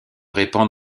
répand